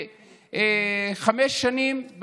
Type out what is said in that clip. בחמש שנים,